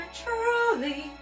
truly